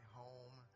home